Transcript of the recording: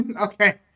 Okay